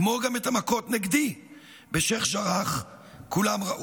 כמו גם את המכות נגדי בשייח' ג'ראח, כולם ראו.